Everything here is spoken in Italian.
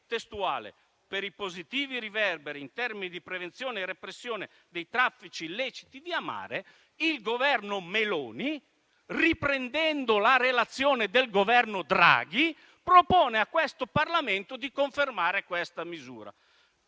«per i positivi riverberi in termini di prevenzione e repressione dei traffici illeciti via mare» il Governo Meloni, riprendendo la relazione del Governo Draghi, propone a questo Parlamento di confermare tale misura.